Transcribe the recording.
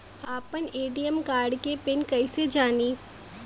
आपन ATM card के PIN कईसे जानी?